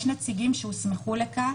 יש נציגים שהוסמכו לכך,